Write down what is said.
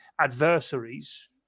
adversaries